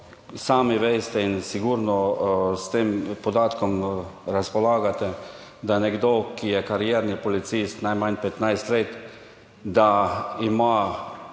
sami veste in sigurno s tem podatkom razpolagate, da nekdo, ki je karierni policist najmanj 15 let, da ima